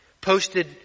Posted